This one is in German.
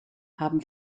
haben